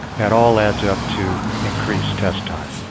that all adds up to increased test time.